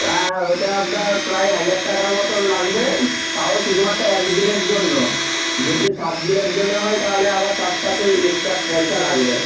হ্যাঁ ওটা আপনার প্রায় হাজার টাকার মতন লাগবে তাও শুধুমাত্র এক দিনের জন্য যদি সাত দিনের জন্য হয় তাহলে আবার তার সাথে এক্সট্রা পয়সা লাগবে